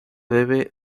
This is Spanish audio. debe